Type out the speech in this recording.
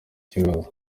kibazo